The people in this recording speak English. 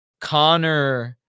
Connor